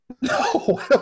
No